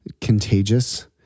contagious